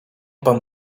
pan